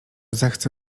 zechce